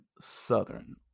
Southern